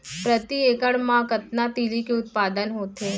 प्रति एकड़ मा कतना तिलि के उत्पादन होथे?